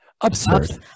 Absurd